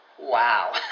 Wow